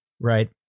right